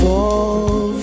Fall